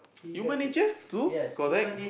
you manager too correct